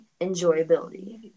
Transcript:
enjoyability